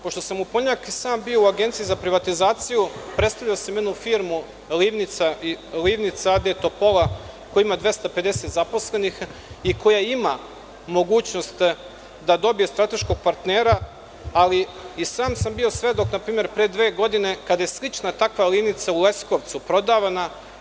Pošto sam u ponedeljak sam bio u Agenciji za privatizaciju, predstavljao sam jednu firmu „Livnica“ a.d. Topola, koja ima 250 zaposlenih i koja ima mogućnost da dobije strateškog partnera, ali i sam bio svedok npr. pre dve godine kada je slična takva livnica u Leskovcu prodavana.